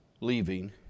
leaving